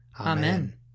Amen